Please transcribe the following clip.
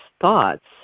thoughts